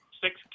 six